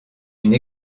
une